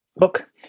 Look